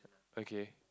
okay